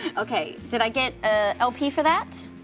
okay, did i get ah lp for that?